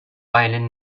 ireland